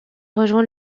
rejoint